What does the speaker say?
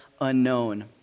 unknown